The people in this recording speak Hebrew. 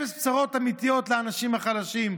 אפס בשורות אמיתיות לאנשים החלשים.